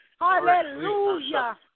Hallelujah